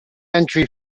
entry